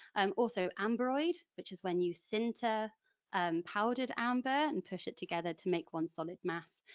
um also ambroid which is when you sinter powdered amber and push it together to make one solid mass.